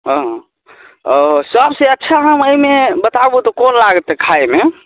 हँ हँ ओ सबसे अच्छा आम एहिमे बताबु तऽ कोन लागत खायमे